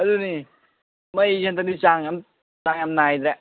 ꯑꯗꯨꯅꯤ ꯃꯩꯁꯦ ꯍꯟꯗꯛꯇꯤ ꯆꯥꯡ ꯆꯥꯡ ꯌꯥꯝ ꯅꯥꯏꯗ꯭ꯔꯦ